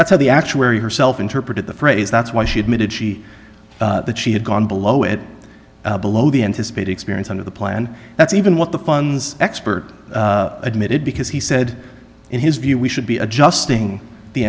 that's how the actuary herself interpreted the phrase that's why she admitted she that she had gone below it below the anticipate experience under the plan that's even what the fun's expert admitted because he said in his view we should be adjusting the